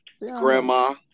Grandma